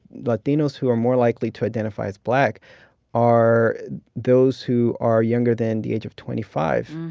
latinos who are more likely to identify as black are those who are younger than the age of twenty five.